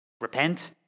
Repent